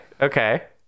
Okay